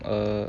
err